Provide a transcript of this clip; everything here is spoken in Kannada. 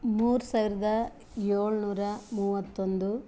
ಮೂರು ಸಾವಿರದ ಏಳ್ನೂರ ಮೂವತ್ತೊಂದು